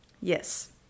yes